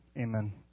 amen